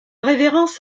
révérence